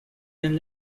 then